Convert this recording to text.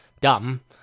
dumb